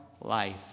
life